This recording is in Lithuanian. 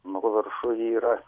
nu viršuj yra